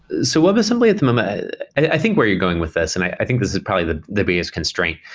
so webassembly at the moment i think where you're going with this, and i think this is probably the the biggest constraint.